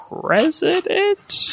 president